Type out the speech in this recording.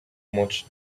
much